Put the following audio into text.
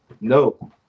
no